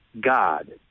God